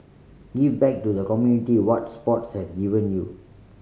give back to the community what sports have given you